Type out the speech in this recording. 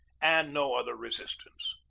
and no other resistance.